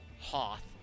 hoth